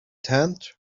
tent